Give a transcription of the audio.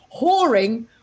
whoring